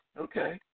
okay